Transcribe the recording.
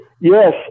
yes